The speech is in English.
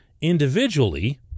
individually